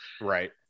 right